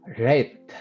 Right